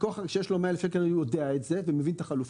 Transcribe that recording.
לקוח שיש לו 100,000 יודע את זה ומבין את החלופה.